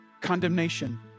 condemnation